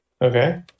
Okay